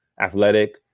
athletic